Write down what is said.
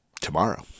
tomorrow